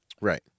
Right